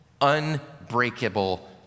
unbreakable